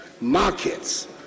markets